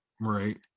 right